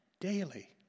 daily